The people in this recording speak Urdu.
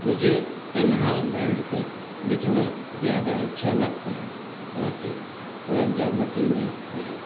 مجھے تنہا بیٹھ کر لکھنا زیادہ اچھا لگتا ہے تاکہ توجہ بٹی نہ رہے